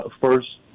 first